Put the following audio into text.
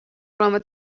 olema